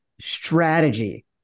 strategy